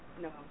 no